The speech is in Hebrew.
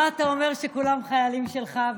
מה אתה אומר שכולם חיילים שלך,